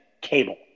cable